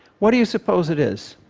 what do you suppose it is?